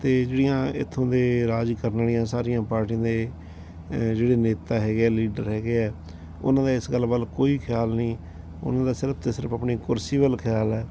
ਅਤੇ ਜਿਹੜੀਆਂ ਇੱਥੋਂ ਦੇ ਰਾਜ ਕਰਨ ਵਾਲੀਆਂ ਸਾਰੀਆਂ ਪਾਰਟੀਆਂ ਦੇ ਜਿਹੜੇ ਨੇਤਾ ਹੈਗੇ ਹੈ ਲੀਡਰ ਹੈਗੇ ਹੈ ਉਹਨਾਂ ਦਾ ਇਸ ਗੱਲ ਵੱਲ ਕੋਈ ਖਿਆਲ ਨਹੀਂ ਉਹਨਾਂ ਦਾ ਸਿਰਫ ਅਤੇ ਸਿਰਫ ਆਪਣੀ ਕੁਰਸੀ ਵੱਲ ਖਿਆਲ ਹੈ